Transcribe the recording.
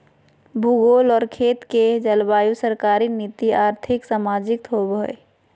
भूगोल और खेत के जलवायु सरकारी नीति और्थिक, सामाजिक होबैय हइ